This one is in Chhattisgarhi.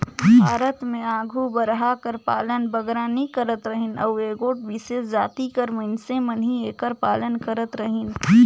भारत में आघु बरहा कर पालन बगरा नी करत रहिन अउ एगोट बिसेस जाति कर मइनसे मन ही एकर पालन करत रहिन